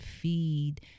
feed